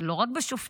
זה לא רק בשופטים,